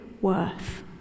worth